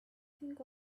think